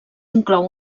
inclou